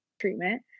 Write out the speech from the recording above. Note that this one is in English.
treatment